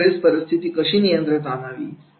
अशावेळेस परिस्थिती कशी नियंत्रणात आणावी